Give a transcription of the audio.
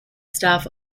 staff